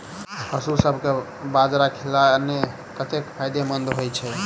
पशुसभ केँ बाजरा खिलानै कतेक फायदेमंद होइ छै?